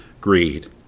greed